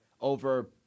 over